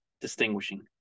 distinguishing